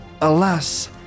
Alas